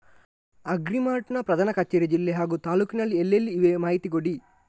Agri mart ನ ಪ್ರಧಾನ ಕಚೇರಿ ಜಿಲ್ಲೆ ಹಾಗೂ ತಾಲೂಕಿನಲ್ಲಿ ಎಲ್ಲೆಲ್ಲಿ ಇವೆ ಮಾಹಿತಿ ಕೊಡಿ?